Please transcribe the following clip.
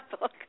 book